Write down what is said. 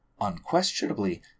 Unquestionably